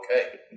Okay